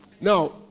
Now